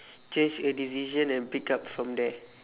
change a decision and pick up from there